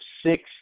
six